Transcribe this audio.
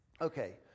okay